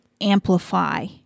amplify